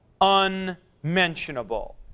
unmentionable